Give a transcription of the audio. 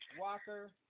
Walker